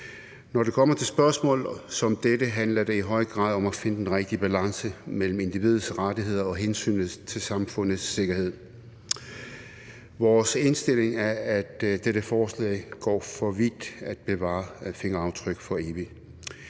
Når det kommer til spørgsmål som dette, handler det i høj grad om at finde den rigtige balance mellem individets rettigheder og hensynet til samfundets sikkerhed. Vores indstilling er, at dette forslag går for vidt ved at ville bevare fingeraftryk for evigt.